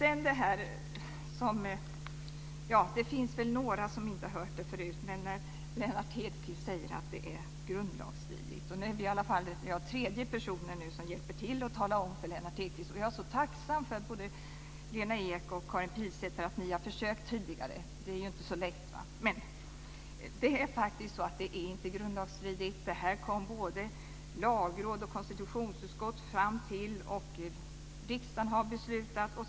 Lennart Hedquist säger - det finns väl några som inte hört det förut - att det här är grundlagsstridigt. Nu är jag i varje fall tredje personen som hjälper till med att tala om detta för Lennart Hedquist. Jag är mycket tacksam för både Lena Eks och Karin Pilsäters tidigare försök; det är ju inte så lätt. Det är faktiskt så att det här inte är grundlagsstridigt. Både Lagrådet och konstitutionsutskottet har kommit fram till det, och riksdagen har fattat beslut.